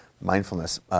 Mindfulness